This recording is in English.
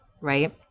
right